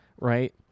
right